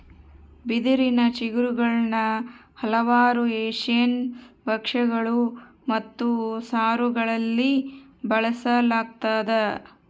ಬಿದಿರಿನ ಚಿಗುರುಗುಳ್ನ ಹಲವಾರು ಏಷ್ಯನ್ ಭಕ್ಷ್ಯಗಳು ಮತ್ತು ಸಾರುಗಳಲ್ಲಿ ಬಳಸಲಾಗ್ತದ